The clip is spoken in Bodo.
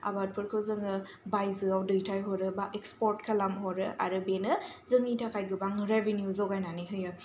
आबादफोरखौ जोङो बायजोआव दैथाय हरो बा इकस्पर्ट खालाम हरो आरो बेनो जोंनि थाखाय गोबां रेभेनिउ जगायनानै होयो